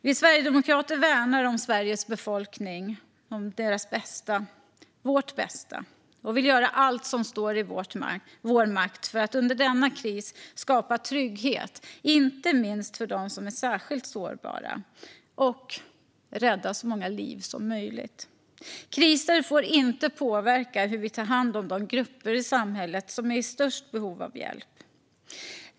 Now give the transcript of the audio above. Vi sverigedemokrater värnar om Sveriges befolknings bästa och vill göra allt som står i vår makt för att under denna kris skapa trygghet, inte minst för dem som är särskilt sårbara, och rädda så många liv som möjligt. Kriser får inte påverka hur vi tar hand om de grupper i samhället som är i störst behov av hjälp.